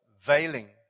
veiling